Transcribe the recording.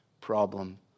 problem